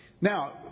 Now